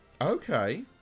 Okay